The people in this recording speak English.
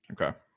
Okay